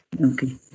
Okay